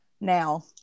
Now